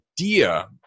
idea